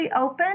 open